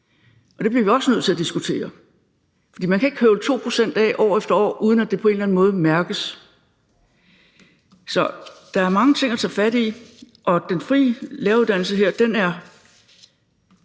og det bliver vi også nødt til at diskutere, for man kan ikke høvle 2 pct. af år efter år, uden at det på en eller anden måde mærkes. Så der er mange ting at tage fat i, og den frie læreruddannelse her vil jeg